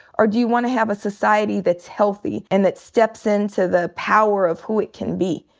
or do you wanna have a society that's healthy and that steps into the power of who it can be?